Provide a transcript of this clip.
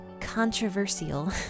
controversial